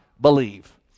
believe